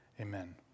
amen